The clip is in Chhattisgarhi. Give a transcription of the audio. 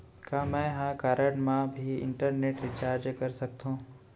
का मैं ह कारड मा भी इंटरनेट रिचार्ज कर सकथो